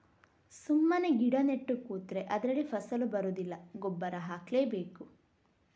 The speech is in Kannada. ಸುಮ್ಮನೆ ಗಿಡ ನೆಟ್ಟು ಕೂತ್ರೆ ಅದ್ರಲ್ಲಿ ಫಸಲು ಬರುದಿಲ್ಲ ಗೊಬ್ಬರ ಹಾಕ್ಲೇ ಬೇಕು